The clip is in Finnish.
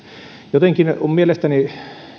jotenkin on mielestäni